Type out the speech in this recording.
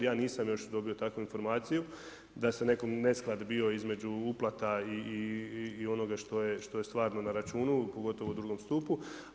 Ja nisam još dobio takvu informaciju da je nekakav nesklad bio između uplata i onoga što je stvarno na računu, pogotovo u drugom stupu.